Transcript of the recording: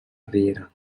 riera